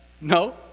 No